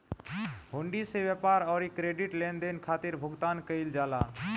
हुंडी से व्यापार अउरी क्रेडिट लेनदेन खातिर भुगतान कईल जाला